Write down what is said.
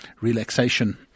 relaxation